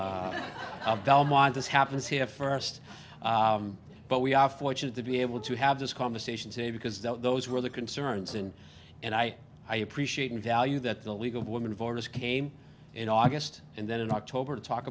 t this happens here first but we are fortunate to be able to have this conversation today because those were the concerns and and i i appreciate in value that the league of women voters came in august and then in october to talk